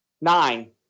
Nine